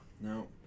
No